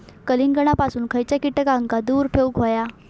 कलिंगडापासून खयच्या कीटकांका दूर ठेवूक व्हया?